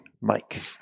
Mike